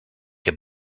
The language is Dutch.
heb